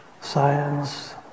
science